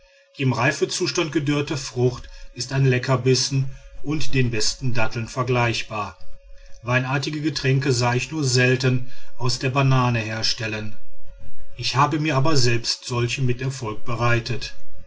im reifezustand gedörrte frucht ist ein leckerbissen und den besten datteln vergleichbar weinartige getränke sah ich nur selten aus der banane herstellen ich habe mir aber selbst solche mit erfolg bereitet